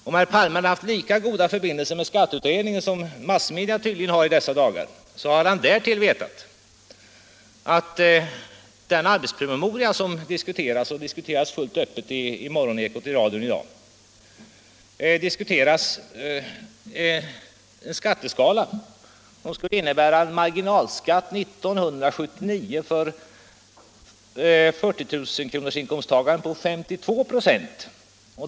Om herr Palme hade haft lika goda förbindelser med skatteutredningen som massmedia tydligen har i dessa dagar, så hade han också vetat att den arbetspromemoria som nu diskuteras — och som diskuterades fullt öppet i radions morgoneko i dag — handlar om en skatteskala som innebär en marginalskatt på 52 26 för en 40 000 kronorsinkomsttagare år 1979.